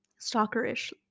stalkerish